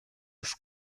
ist